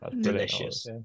delicious